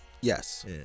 yes